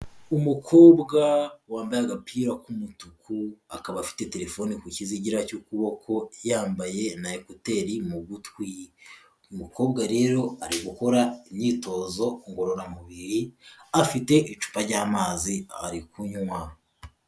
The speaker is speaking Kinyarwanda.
Umukobwa wambaye agapira k'umutuku akaba afite telefone ku kizigira cy'ukuboko yambaye na ekuteri mu gutwi, umukobwa rero ari gukora imyitozo ngororamubiri, afite icupa ry'amazi ari kunywa.